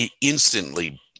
instantly